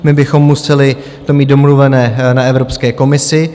My bychom to museli mít domluvené na Evropské komisi.